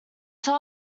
top